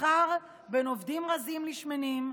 בשכר בין עובדים רזים לשמנים,